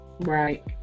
Right